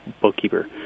bookkeeper